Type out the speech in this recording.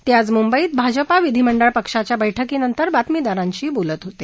ते आज मुंबईत भाजपा विधीमंडळ पक्षाच्या बैठकीनंतर बातमीदारांशी बोलत होते